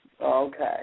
Okay